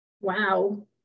wow